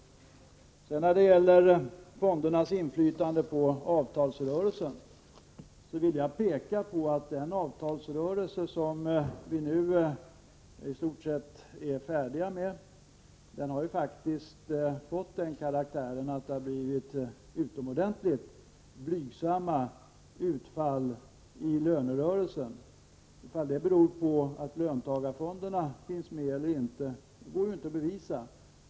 När det gäller fondernas inflytande på avtalsrörelsen vill jag peka på att den avtalsrörelse som nu i stort sett är avslutad faktiskt har fått den karaktären att det har blivit ett utomordentligt blygsamt utfall i lönerörelsen. Om detta beror på att löntagarfonderna finns med går inte att bevisa.